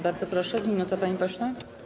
Bardzo proszę, minuta, panie pośle.